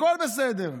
הכול בסדר.